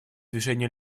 движения